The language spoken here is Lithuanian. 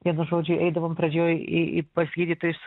vienu žodžiu eidavom pradžioj į į pas gydytojus